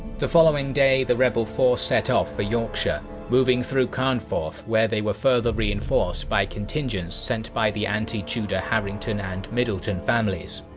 the following day the rebel force set off for yorkshire, moving through carnforth, where they were further reinforced by contingents sent by the anti-tudor harrington and middleton families.